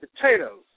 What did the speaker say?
potatoes